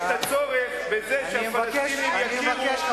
אני מבקש,